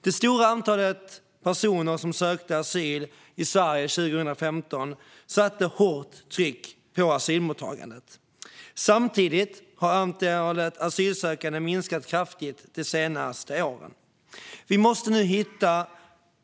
Det stora antalet personer som sökte asyl i Sverige 2015 satte hårt tryck på asylmottagandet. Samtidigt har antalet asylsökande minskat kraftigt de senaste åren. Vi måste nu hitta